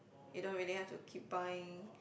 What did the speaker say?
you don't really have to keep buying